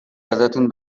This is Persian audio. ازتون